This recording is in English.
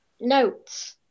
notes